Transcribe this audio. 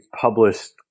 published